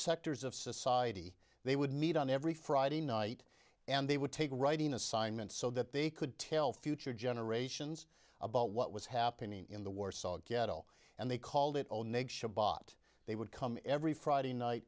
sectors of society they would meet on every friday night and they would take a writing assignment so that they could tell future generations about what was happening in the warsaw ghetto and they called it all negs shabat they would come every friday night